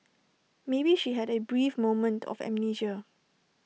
maybe she had A brief moment of amnesia